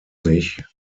sich